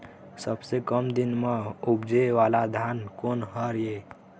सबसे कम दिन म उपजे वाला धान कोन हर ये?